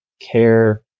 care